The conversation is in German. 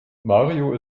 mario